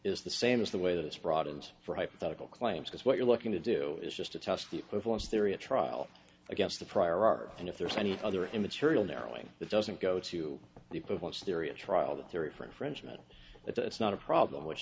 is the same as the way that it's broadens for hypothetical claims because what you're looking to do is just to test the equivalence theory a trial against the prior art and if there's any other immaterial narrowing it doesn't go to the equivalence theory of trial the theory for infringement it's not a problem which